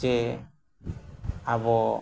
ᱪᱮ ᱟᱵᱚ